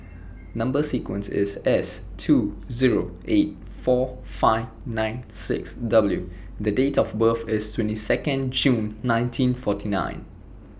Number sequence IS S two Zero eight four five nine six W The Date of birth IS twenty Second June nineteen forty nine